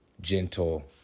gentle